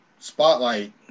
spotlight